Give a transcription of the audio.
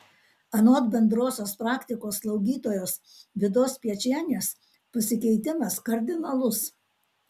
anot bendrosios praktikos slaugytojos vidos spiečienės pasikeitimas kardinalus